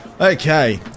Okay